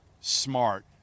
smart